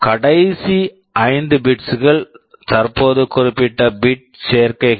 கடைசி 5 bits bits கள் தற்போது குறிப்பிட்ட பிட் bit சேர்க்கைகள்